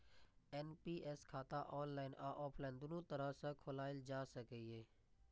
NPS खाता online आ offline, दुनू तरह सं खोलाएल जा सकैए